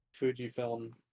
Fujifilm